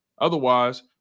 Otherwise